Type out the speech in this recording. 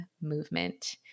movement